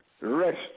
Rest